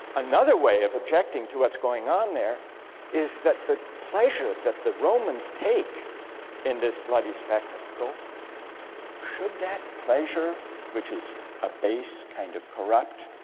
another way of objecting to what's going on there is that the pleasure that the romans take in this bloody spectacle should that pleasure which is a base, kind of corrupt